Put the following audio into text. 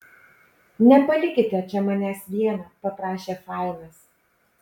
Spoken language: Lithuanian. nepalikite čia manęs vieno paprašė fainas